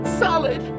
solid